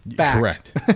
Correct